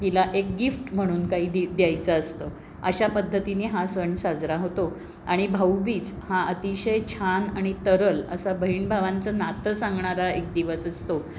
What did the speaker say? तिला एक गिफ्ट म्हणून काही दि द्यायचा असतं अशा पद्धतीने हा सण साजरा होतो आणि भाऊबीज हा अतिशय छान आणि तरल असं बहीणभावांचं नातं सांगणारा एक दिवस असतो